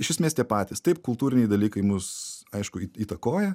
iš esmės tie patys taip kultūriniai dalykai mus aišku įtakoja